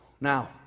Now